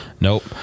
Nope